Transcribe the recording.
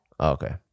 okay